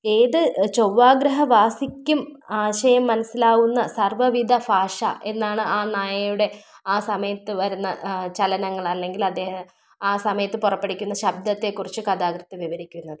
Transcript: ഏത് ചൊവ്വാ ഗൃഹ വാസിക്കും ആശയം മനസ്സിലാകുന്ന സർവ്വ വിധ ഭാഷ എന്നാണ് ആ നായയുടെ ആ സമയത്ത് വരുന്ന ചലനങ്ങൾ അല്ലെങ്കിൽ അദ്ദേഹം ആ സമയത്ത് പുറപ്പെടുവിക്കുന്ന ശബ്ദത്തെ കുറിച്ച് കഥാകൃത്ത് വിവരിക്കുന്നത്